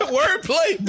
Wordplay